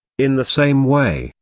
in the same way,